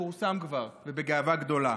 זה פורסם כבר, ובגאווה גדולה.